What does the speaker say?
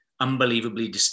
unbelievably